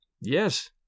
Yes